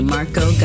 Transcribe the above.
Marco